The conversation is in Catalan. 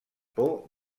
por